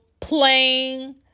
playing